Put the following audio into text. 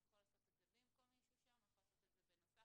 הוא יכול לעשות את זה במקום מישהו שם והוא יכול לעשות את זה בנוסף.